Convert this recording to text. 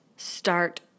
start